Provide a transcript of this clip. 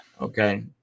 Okay